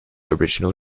original